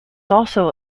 also